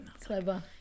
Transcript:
Clever